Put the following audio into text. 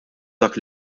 dak